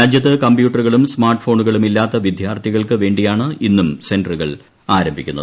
രാജ്യത്ത് കമ്പ്യൂട്ടറുകളും സ്മാർട്ട് ഫോണുകളും ഇല്ലാത്ത വിദ്യാർത്ഥികൾക്ക് വേണ്ടിയാണ് ഇന്നും സെന്ററുകൾ ആരംഭിക്കുന്നത്